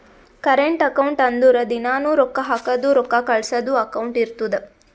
current account ಅಂದುರ್ ದಿನಾನೂ ರೊಕ್ಕಾ ಹಾಕದು ರೊಕ್ಕಾ ಕಳ್ಸದು ಅಕೌಂಟ್ ಇರ್ತುದ್